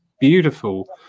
beautiful